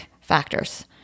factors